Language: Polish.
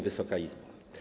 Wysoka Izbo!